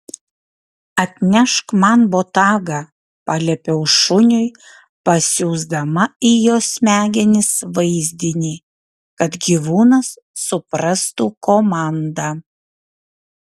atnešk man botagą paliepiau šuniui pasiųsdama į jo smegenis vaizdinį kad gyvūnas suprastų komandą